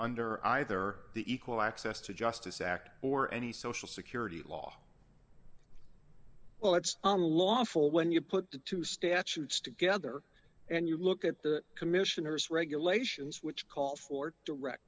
under either the equal access to justice act or any social security law well it's unlawful when you put the two statutes together and you look at the commissioner's regulations which call for direct